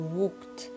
walked